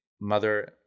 mother